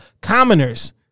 commoners